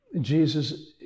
Jesus